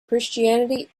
christianity